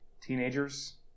teenagers